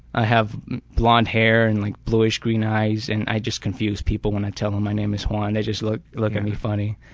i have blond hair and like bluish green eyes and i just confuse people when i tell em my name is juan. they just look look at me funny.